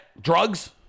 drugs